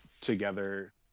together